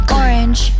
orange